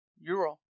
euro